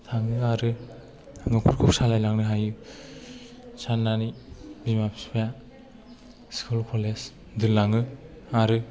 थाङो आरो न'खरखौ सालायलांनो हायो साननानै बिमा बिफाया स्कुल कलेज दोनलाङो आरो